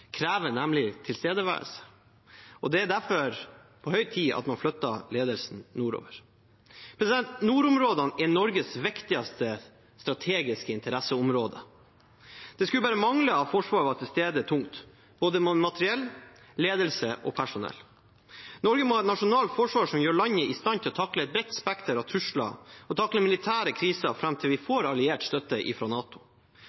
nemlig tilstedeværelse. Det er derfor på høy tid at man flytter ledelsen nordover. Nordområdene er Norges viktigste strategiske interesseområde. Da skulle det bare mangle at Forsvaret var tungt til stede med både materiell, ledelse og personell. Norge må ha et nasjonalt forsvar som gjør landet i stand til å takle et bredt spekter av trusler og til å takle militære kriser fram til vi